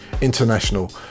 international